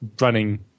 running